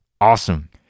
awesome